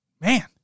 Man